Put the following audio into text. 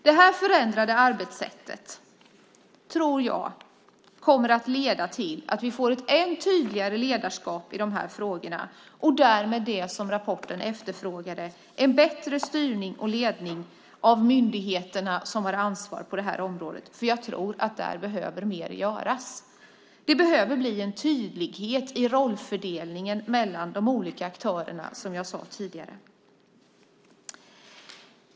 Detta förändrade arbetssätt tror jag kommer att leda till att vi får ett ännu tydligare ledarskap i de här frågorna och därmed det som rapporten efterfrågade: en bättre styrning och ledning av de myndigheter som har ansvar på det här området. Jag tror att det behöver göras mer där. Det behöver bli en tydlighet i rollfördelningen mellan de olika aktörerna, som jag sade tidigare.